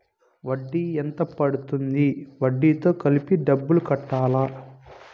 వడ్డీ ఎంత పడ్తుంది? వడ్డీ తో కలిపి డబ్బులు కట్టాలా?